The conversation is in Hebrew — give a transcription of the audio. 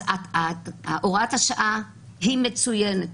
אז הוראת השעה היא מצוינת.